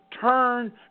turn